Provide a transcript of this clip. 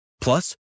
Plus